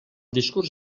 discurs